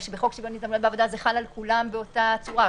כשבחוק שוויון הזדמנויות זה חל על כולם באותה צורה.